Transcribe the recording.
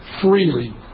freely